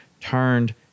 turned